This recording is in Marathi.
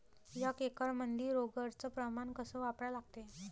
एक एकरमंदी रोगर च प्रमान कस वापरा लागते?